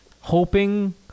hoping